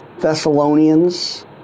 Thessalonians